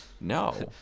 no